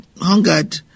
hungered